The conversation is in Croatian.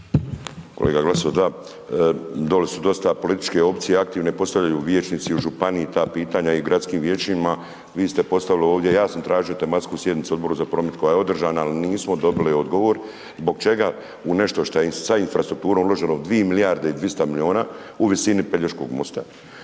Kolega Glasovac da, dole su dosta političke opcije aktivne, postavljaju vijećnici u županiji ta pitanja i gradskim vijećima, vi ste postavili ovdje, ja sam tražio tematsku sjednicu Odbora za …/Govornik se ne razumije./… koja je održana, ali nismo dobili odgovor, zbog čega u nešto šta je sa infrastrukturom uloženo 2 milijarde i 200 milijuna u visini Pelješkog mosta,